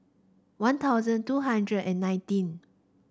One Thousand two hundred and nineteen